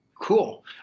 Cool